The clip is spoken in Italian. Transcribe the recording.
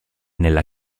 nella